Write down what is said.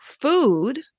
food